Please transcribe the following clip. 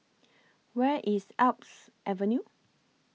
Where IS Alps Avenue